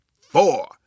four